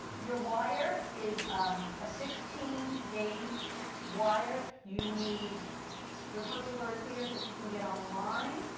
your wire is a sixteen gauge wire. you need your hummingbird feeders that you can get online.